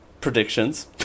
predictions